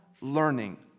learning